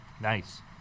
Nice